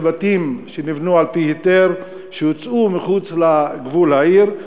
בתים שנבנו על-פי היתר הוצאו מחוץ לגבול העיר,